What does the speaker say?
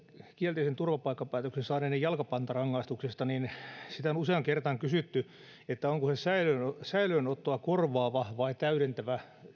kielteisen turvapaikkapäätöksen saaneiden jalkapantarangaistuksesta on useaan kertaan kysytty onko se säilöönottoa säilöönottoa korvaava vai täydentävä